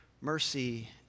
mercy